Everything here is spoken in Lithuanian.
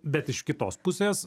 bet iš kitos pusės